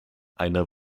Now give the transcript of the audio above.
eine